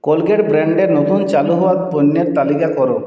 Colgate ব্র্যান্ডের নতুন চালু হওয়া পণ্যের তালিকা করো